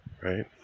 right